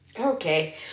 Okay